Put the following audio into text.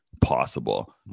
possible